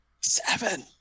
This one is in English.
Seven